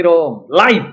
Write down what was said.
Life